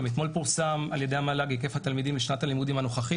גם אתמול פורסם ע"י המל"ג היקף התלמידים בשנת הלימודים הנוכחית,